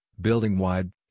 Building-Wide